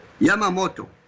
yamamoto